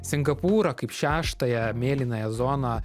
singapūrą kaip šeštąją mėlynąją zoną